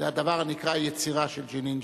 והדבר הנקרא יצירה של "ג'נין ג'נין".